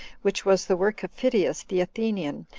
which was the work of phidias the athenian,